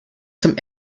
zum